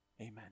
Amen